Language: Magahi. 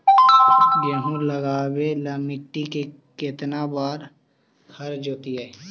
गेहूं लगावेल मट्टी में केतना बार हर जोतिइयै?